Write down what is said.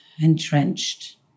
Entrenched